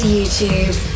YouTube